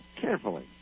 carefully